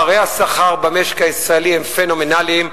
פערי השכר במשק הישראלי הם פנומנליים,